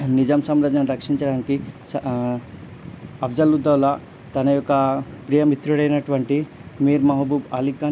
నిజాం సామ్రాజ్యాన్ని రక్షించడానికి స అఫ్జలుద్దౌలా తన యొక్క ప్రియమిత్రుడు అయినటువంటి మీర్ మహబూబ్ అలీ ఖాన్